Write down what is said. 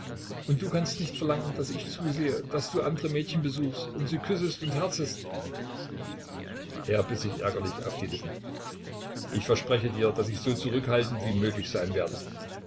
und du kannst nicht verlangen daß ich zusehe daß du andere mädchen besuchst und sie küssest und herzest er biß sich ärgerlich auf die lippen ich verspreche dir daß ich so zurückhaltend wie möglich sein werde